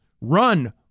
run